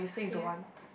serious